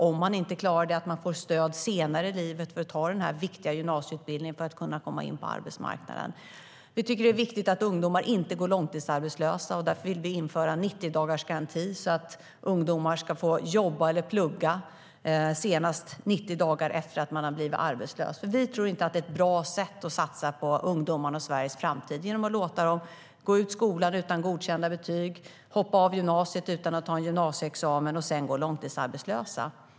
Om man inte klarar det måste man få stöd senare i livet för att klara sin gymnasieutbildning, som är så viktig för att man ska kunna komma in på arbetsmarknaden. Vi tycker att det är viktigt att ungdomar inte går långtidsarbetslösa. Därför vill vi införa en 90-dagarsgaranti, så att ungdomar ska få jobba eller plugga senast 90 dagar efter att de har blivit arbetslösa. Vi tror inte att det är ett bra sätt att satsa på ungdomarna och Sveriges framtid att låta dem gå ut skolan utan godkända betyg, hoppa av gymnasiet utan gymnasieexamen och sedan gå långtidsarbetslösa.